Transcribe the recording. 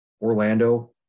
Orlando